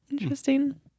interesting